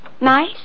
Nice